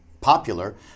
popular